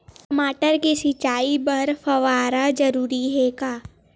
टमाटर के सिंचाई बर फव्वारा जरूरी हे का?